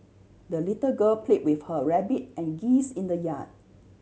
the little girl play with her rabbit and geese in the yard